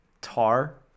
Tar